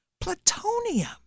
Plutonium